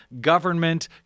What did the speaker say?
government